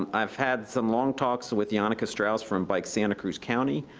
um i've had some long talks with yannica strauss from bike santa cruz county,